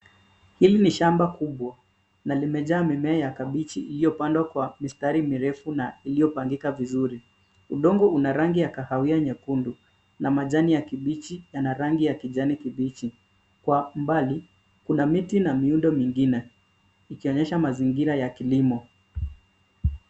Hili ni shamba kubwa na limejaa mimea ya kabichi iliyopandwa kwa mistari mirefu na iliyopangika vizuri. Udongo una rangi ya kahawia nyekundu na majani ya kabichi yana rangi ya kijani kibichi. Kwa umbali kuna miti na miundo mingine, ikionyesha mazingira ya kilimo.